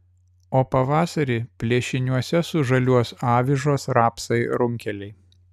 o pavasarį plėšiniuose sužaliuos avižos rapsai runkeliai